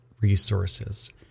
resources